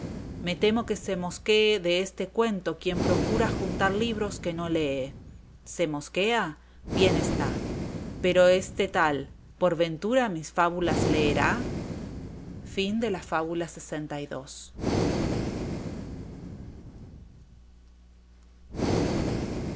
me temo que se mosquee de este cuento quien procura juntar libros que no lee se mosquea bien está pero este tal por ventura mis fábulas leerá fábula lxiii la